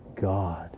God